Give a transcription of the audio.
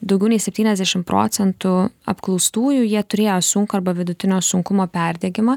daugiau nei septyniasdešim procentų apklaustųjų jie turėjo sunkų arba vidutinio sunkumo perdegimą